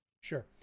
Sure